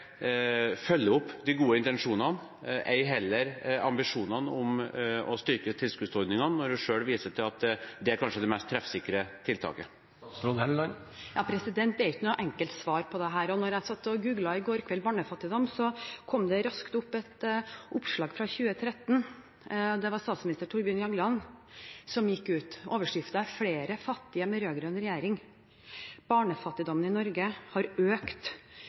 opp de gode intensjonene, ei heller ambisjonene, om å styrke tilskuddsordningene når hun selv viser til at det kanskje er det mest treffsikre tiltaket? Det er ikke noe enkelt svar på dette. Da jeg i går satt og googlet «barnefattigdom», kom det raskt opp et oppslag fra 2013. Det var tidligere statsminister Torbjørn Jagland som gikk ut. Overskriften var: «Flere fattige med rødgrønn regjering». Barnefattigdommen i Norge hadde økt